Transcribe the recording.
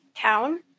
town